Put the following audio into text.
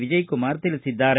ವಿಜಯಕುಮಾರ್ ತಿಳಿಸಿದ್ದಾರೆ